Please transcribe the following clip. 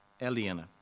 Eliana